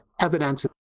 evidence